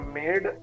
made